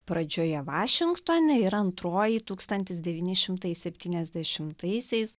pradžioje vašingtone ir antroji tūkstantis devyni šimtai septyniasdešimtaisiais